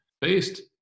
based